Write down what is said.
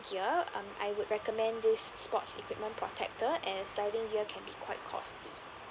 gear um I would recommend this sports equipment protector as diving gear can be quite costly